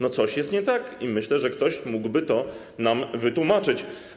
To coś jest nie tak, i myślę, że ktoś mógłby to nam wytłumaczyć.